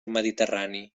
mediterrani